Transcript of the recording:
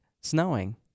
snowing